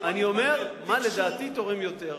אני אומר מה לדעתי תורם יותר.